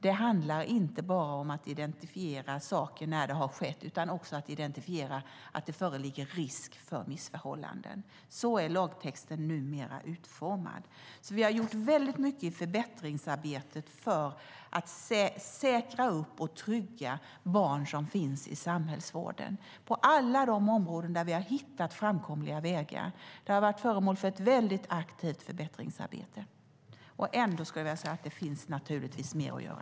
Det handlar inte bara om att identifiera saker när de skett utan också om att identifiera ifall det föreligger risk för missförhållanden. Så är lagtexten numera utformad. Vi har alltså gjort mycket i förbättringsarbetet för att säkra och trygga de barn som finns i samhällsvården. Det gäller alla områden där vi har hittat framkomliga vägar. Det har varit föremål för ett mycket aktivt förbättringsarbete. Och ändå, skulle jag vilja säga, finns det mer att göra.